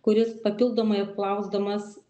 kuris papildomai apklausdamas